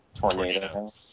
tornado